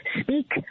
speak